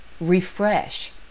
refresh